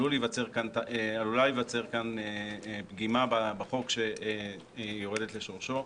עלול להביא לפגימה בחוק שיורדת לשורשו.